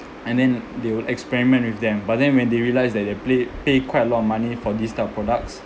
and then they will experiment with them but then when they realize that they played pay quite a lot of money for this type of products